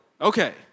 Okay